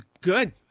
good